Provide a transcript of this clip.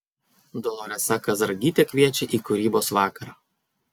doloresa kazragytė kviečia į kūrybos vakarą